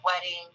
wedding